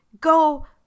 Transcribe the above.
Go